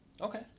Okay